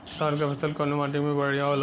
धान क फसल कवने माटी में बढ़ियां होला?